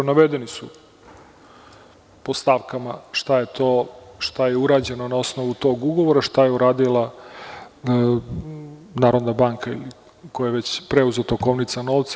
Navedeni je po stavkama šta je to, šta je urađeno na osnovu tog ugovora, šta je uradila Narodna banka koja je već preuzela to, Kovnica novca.